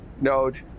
node